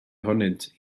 ohonynt